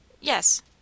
Yes